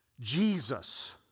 Jesus